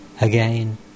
again